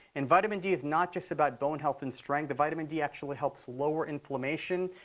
and vitamin d is not just about bone health and strength. the vitamin d actually helps lower inflammation.